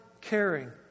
caring